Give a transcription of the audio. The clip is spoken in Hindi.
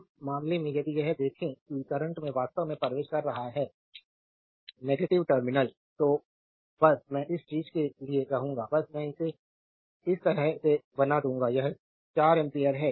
इस मामले में यदि यह देखें कि करंट में वास्तव में प्रवेश कर रहा है नेगेटिव टर्मिनल तो बस मैं इस चीज के लिए रहूंगा बस मैं इसे इस तरह से बना दूंगा यह 4 एम्पियर है